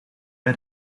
bij